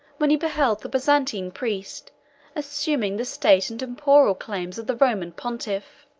when he beheld the byzantine priest assuming the state and temporal claims of the roman pontiff.